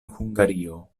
hungario